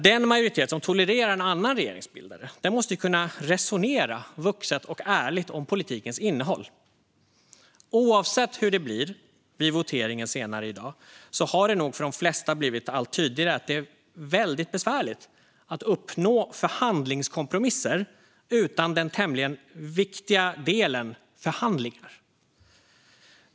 Den majoritet som tolererar en annan regeringsbildare måste dock självklart kunna resonera vuxet och ärligt om politikens innehåll. Oavsett hur det blir vid voteringen senare i dag har det nog för de flesta blivit allt tydligare att det är väldigt besvärligt att uppnå förhandlingskompromisser utan den tämligen viktiga delen förhandlingar.